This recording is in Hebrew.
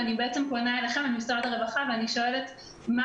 אני פונה אליכם ולמשרד הרווחה ושואלת: מה